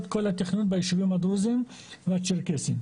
את התכנון ביישובים הדרוזים והצ'רקסים.